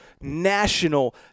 national